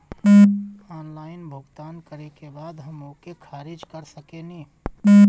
Online भुगतान करे के बाद हम ओके खारिज कर सकेनि?